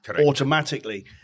automatically